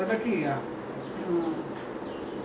now where cannot find rubber tree right now